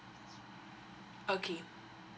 okay